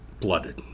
blooded